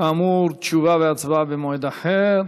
כאמור, תשובה והצבעה במועד אחר.